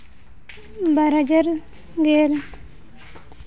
ᱵᱟᱨ ᱦᱟᱡᱟᱨ ᱜᱮᱞ